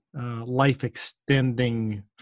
life-extending